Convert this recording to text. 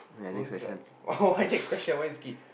those like oh my next question why you skip